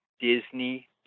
Disney